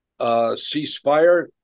ceasefire